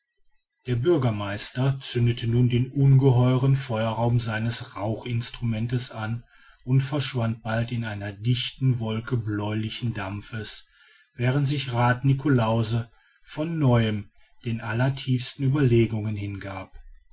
der bürgermeister zündete nun den ungeheuren feuerraum seines rauchinstruments an und verschwand bald in einer dichten wolke bläulichen dampfes während sich rath niklausse von neuem den allertiefsten ueberlegungen hingab